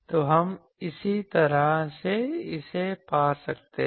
तो हम इसी तरह से इसे पा सकते हैं